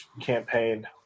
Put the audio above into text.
campaign